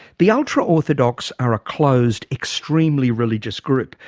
the ultra-orthodox are a closed extremely religious group.